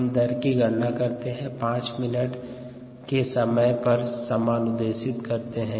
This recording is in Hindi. हम दर की गणना करते हैं और 5 मिनट के समय पर समनुदेशित करते हैं